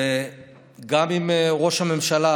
וגם אם ראש הממשלה